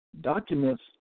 Documents